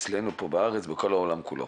אצלנו פה בארץ ובכל העולם כולו.